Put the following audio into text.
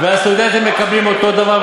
והסטודנטים מקבלים אותו דבר,